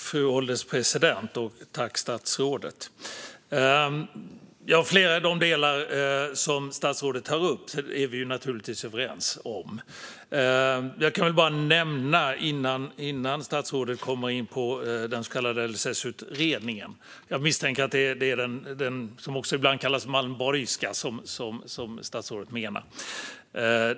Fru ålderspresident! Flera av de delar som statsrådet tar upp är vi naturligtvis överens om. Statsrådet kom in på den så kallade LSS-utredningen. Jag misstänker att det är den utredning som ibland kallas den Malmborgska som statsrådet menar.